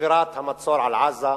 לשבירת המצור על עזה,